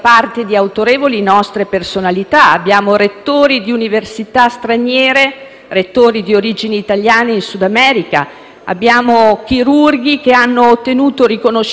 rettori di origine italiana in sud America; abbiamo chirurghi che hanno ottenuto riconoscimenti autorevoli in Svizzera; abbiamo giornalisti, gente di cultura.